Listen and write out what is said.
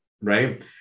Right